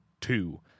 two